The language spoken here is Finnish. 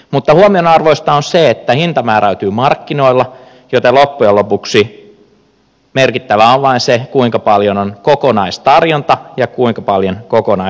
mutta huomionarvoista on se että hinta määräytyy markkinoilla joten loppujen lopuksi merkittävää on vain se kuinka paljon on kokonaistarjonta ja kuinka paljon kokonaiskysyntä